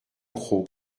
crau